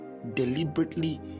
deliberately